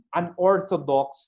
unorthodox